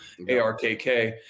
ARKK